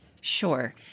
Sure